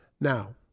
Now